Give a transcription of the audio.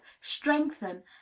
strengthen